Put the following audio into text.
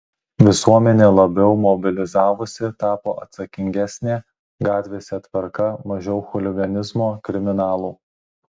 visuomenė labiau mobilizavosi tapo atsakingesnė gatvėse tvarka mažiau chuliganizmo kriminalų